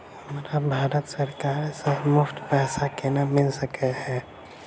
हमरा भारत सरकार सँ मुफ्त पैसा केना मिल सकै है?